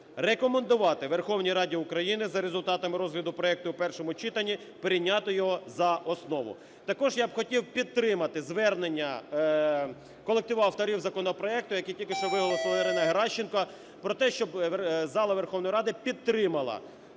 рекомендувати Верховній Раді України за результатами розгляду проекту в першому читанні прийняти його за основу. Також я хотів би підтримати звернення колективу авторів законопроекту, який тільки що виголосила Ірина Геращенко, про те, щоб зала Верховної Ради підтримала